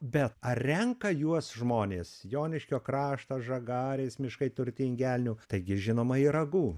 bet ar renka juos žmonės joniškio krašto žagarės miškai turtingi elnių taigi žinoma ir ragų